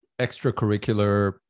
extracurricular